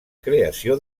creació